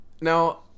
now